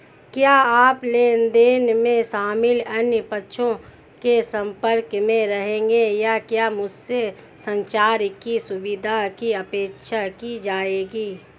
क्या आप लेन देन में शामिल अन्य पक्षों के संपर्क में रहेंगे या क्या मुझसे संचार की सुविधा की अपेक्षा की जाएगी?